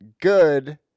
good